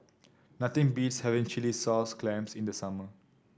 nothing beats having Chilli Sauce Clams in the summer